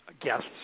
guests